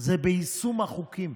זה ביישום החוקים.